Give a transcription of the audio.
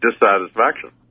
dissatisfaction